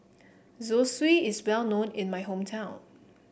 Zosui is well known in my hometown